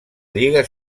lliga